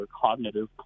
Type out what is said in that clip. cognitive